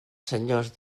senyors